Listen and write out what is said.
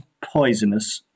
poisonous